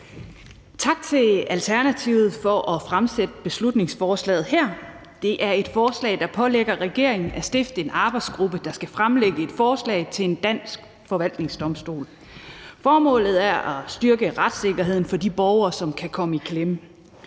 Tak til Alternativet for at fremsætte beslutningsforslaget her. Det er et forslag, der pålægger regeringen at stifte en arbejdsgruppe, der skal fremlægge et forslag til en dansk forvaltningsdomstol. Formålet er at styrke retssikkerheden for de borgere, som kan komme i klemme.